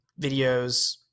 videos